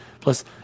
plus